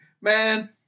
Man